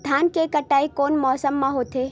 धान के कटाई कोन मौसम मा होथे?